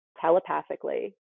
telepathically